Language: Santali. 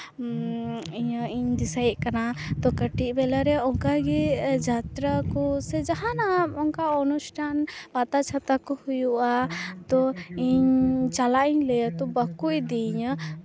ᱤᱧᱟᱹᱜ ᱤᱧ ᱫᱤᱥᱟᱹᱭᱮᱫ ᱠᱟᱱᱟ ᱛᱳ ᱠᱟᱹᱴᱤᱪ ᱵᱮᱞᱟᱨᱮ ᱚᱱᱠᱟᱜᱮ ᱡᱟᱛᱨᱟ ᱠᱚ ᱥᱮ ᱡᱟᱦᱟᱱᱟᱜ ᱚᱱᱠᱟ ᱚᱱᱩᱥᱴᱷᱟᱱ ᱯᱟᱛᱟ ᱪᱷᱟᱛᱟ ᱠᱚ ᱦᱩᱭᱩᱜᱼᱟ ᱛᱳ ᱤᱧ ᱪᱟᱞᱟᱜ ᱤᱧ ᱞᱟᱹᱭᱟᱛᱳ ᱤᱧ ᱵᱟᱠᱚ ᱤᱫᱤᱭᱤᱧᱟᱹ